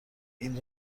این